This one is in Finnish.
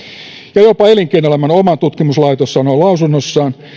ja jopa elinkeinoelämän oma tutkimuslaitos sanoo lausunnossaan